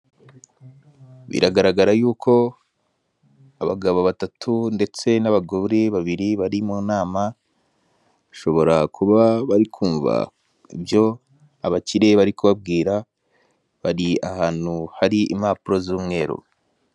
Biragaragara yuko abagabo batatu, ndetse n'abagore babiri bari mu nama, bashobora kuba bari kumva ibyo abakire bari kubabwira, bari ahantu hari impapuro z'umweru.